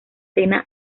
cena